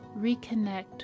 reconnect